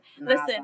listen